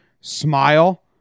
smile